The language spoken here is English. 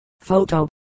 Photo